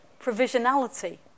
Provisionality